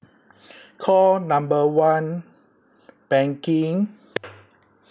call number one banking